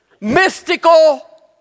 mystical